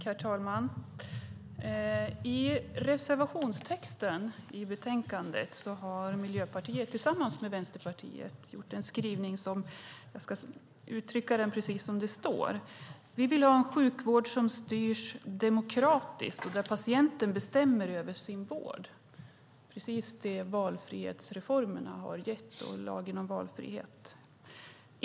Herr talman! I reservationstexten i betänkandet har Miljöpartiet tillsammans med Vänsterpartiet en skrivning som jag ska läsa upp: Vi vill ha "en sjukvård som styrs demokratiskt och där patienten bestämmer över sin vård". Det är precis det som valfrihetsreformerna och lagen om valfrihet har gett.